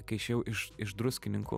kai išėjau iš iš druskininkų